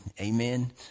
Amen